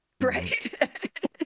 right